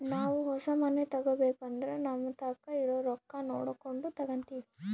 ನಾವು ಹೊಸ ಮನೆ ತಗಬೇಕಂದ್ರ ನಮತಾಕ ಇರೊ ರೊಕ್ಕ ನೋಡಕೊಂಡು ತಗಂತಿವಿ